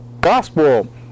gospel